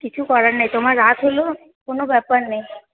কিছু করার নেই তোমার রাত হলেও কোনও ব্যাপার নেই